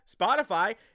Spotify